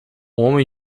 homem